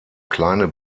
kleine